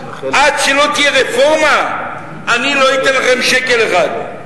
עד שלא תהיה רפורמה אני לא אתן לכם שקל אחד.